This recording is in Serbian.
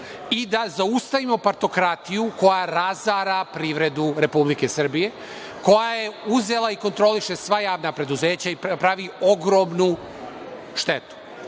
i da zaustavimo partokratiju, koja razara privredu Republike Srbije, koja je uzela i kontroliše sva javna preduzeća i pravi ogromnu